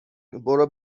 برو